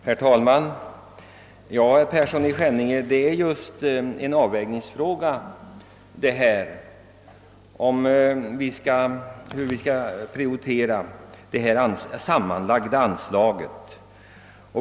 Herr talman! Avvägningen gäller, herr Persson i Skänninge, vilka prioriteringar som skall göras inom ramen för det sammanlagda anslaget.